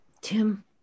Tim